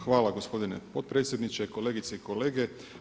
Hvala gospodine potpredsjedniče, kolegice i kolege.